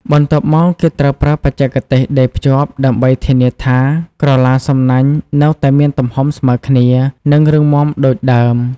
បន្ទាប់មកគេត្រូវប្រើបច្ចេកទេសដេរភ្ជាប់ ដើម្បីធានាថាក្រឡាសំណាញ់នៅតែមានទំហំស្មើគ្នា និងរឹងមាំដូចដើម។